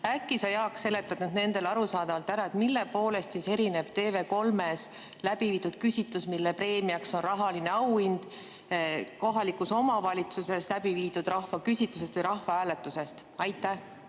Äkki sa, Jaak, seletad nendele arusaadavalt ära, mille poolest erineb TV3‑s läbiviidud küsitlus, mille preemiaks on rahaline auhind, kohalikus omavalitsuses läbiviidud rahvaküsitlusest või rahvahääletusest? Aitäh,